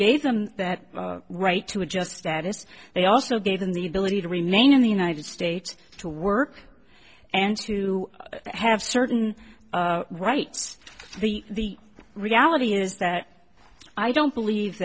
gave them that right to adjust status they also gave them the ability to remain in the united states to work and to have certain rights the reality is that i don't believe